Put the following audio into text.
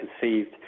conceived